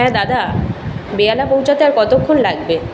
হ্যাঁ দাদা বেহালা পৌঁছতে আর কতক্ষণ লাগবে